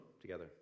together